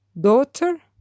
Daughter